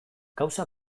gauza